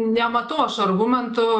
nematau aš argumentų